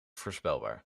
voorspelbaar